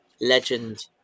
legend